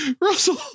Russell